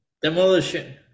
Demolition